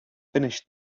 finish